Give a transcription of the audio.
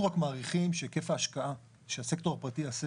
אנחנו רק מעריכים שהיקף ההשקעה שהסקטור הפרטי יעשה